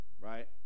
right